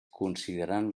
considerant